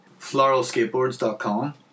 Floralskateboards.com